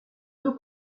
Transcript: deux